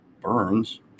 Burns